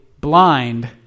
blind